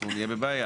אנחנו נהיה בבעיה,